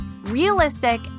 realistic